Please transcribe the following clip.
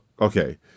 okay